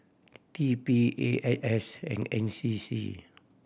T P A N S and N C C